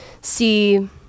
see